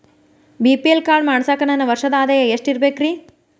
BPL card ಮಾಡ್ಸಾಕ ನನ್ನ ವರ್ಷದ್ ಆದಾಯ ಎಷ್ಟ ಇರಬೇಕ್ರಿ?